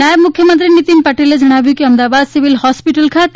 નાયબ મુખ્યમંત્રી નિતીન પટેલે જણાવ્યું કે અમદાવાદ સિવિલ હોસ્પિટલ ખાતે